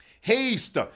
Haste